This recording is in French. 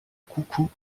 coucou